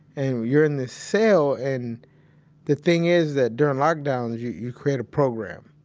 and you're in this cell and the thing is that during lockdowns you you create a program.